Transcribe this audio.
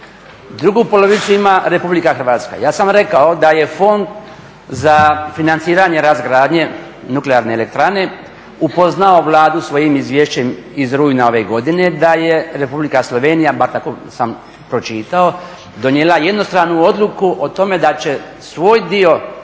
drugu polovicu ima Republika Hrvatska. Ja sam rekao da je fond za financiranje razgradnje nuklearne elektrane upoznao Vladu sa svojim izvješćem iz rujna ove godine da je Republika Slovenija, bar sam tako pročitao, donijela jednostranu odluku o tome da će svoj dio